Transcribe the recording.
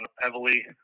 heavily